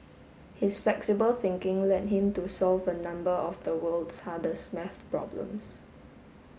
his flexible thinking led him to solve a number of the world's hardest maths problems